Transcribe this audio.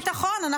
זה ביטחון.